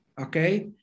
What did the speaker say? okay